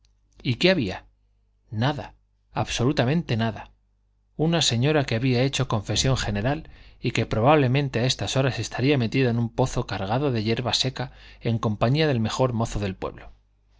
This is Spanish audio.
y qué había nada absolutamente nada una señora que había hecho confesión general y que probablemente a estas horas estaría metida en un pozo cargado de yerba seca en compañía del mejor mozo del pueblo